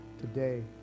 today